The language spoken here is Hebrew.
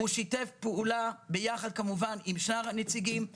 הוא גם שיתף פעולה גם עם שאר הנציגים, כמובן.